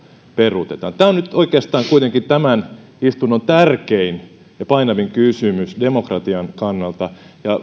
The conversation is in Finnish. peruutetaan tämä on nyt oikeastaan kuitenkin tämän istunnon tärkein ja painavin kysymys demokratian kannalta ja